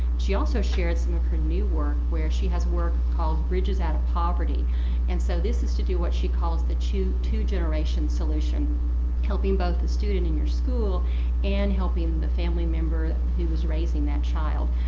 she also shared some of her new work where she has work called bridges out of poverty and so this is to do what she calls the two two generations solution helping both the student in your school and helping the family member who is raising that child.